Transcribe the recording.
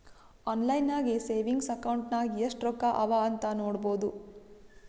online ನಾಗೆ savings account ನಾಗ್ ಎಸ್ಟ್ ರೊಕ್ಕಾ ಅವಾ ಅಂತ್ ನೋಡ್ಬೋದು